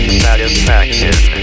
satisfaction